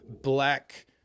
black